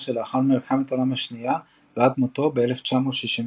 שלאחר מלחמת העולם השנייה ועד מותו ב-1963.